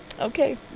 Okay